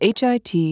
HIT